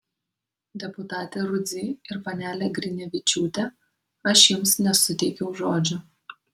deputate rudzy ir panele grinevičiūte aš jums nesuteikiau žodžio